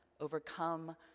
overcome